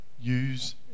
Use